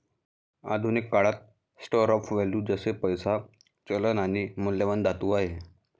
आधुनिक काळात store of value जसे पैसा, चलन आणि मौल्यवान धातू आहे